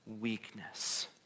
weakness